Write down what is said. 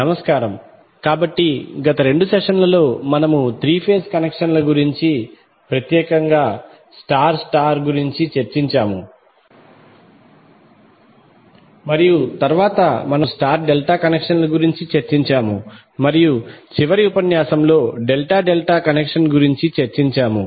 నమస్కారం కాబట్టి గత రెండు సెషన్లలో మనము త్రీ ఫేజ్ కనెక్షన్ల గురించి ప్రత్యేకంగా స్టార్ స్టార్ గురించి చర్చించాము మరియు తరువాత మనము స్టార్ డెల్టా కనెక్షన్ల గురించి చర్చించాము మరియు చివరి ఉపన్యాసంలో డెల్టా డెల్టా కనెక్షన్ గురించి చర్చించాము